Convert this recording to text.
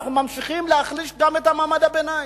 אנחנו ממשיכים להחליש גם את מעמד הביניים.